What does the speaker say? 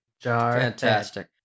Fantastic